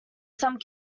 some